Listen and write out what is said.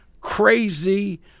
crazy